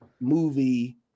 movie